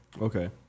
Okay